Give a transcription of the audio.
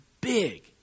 big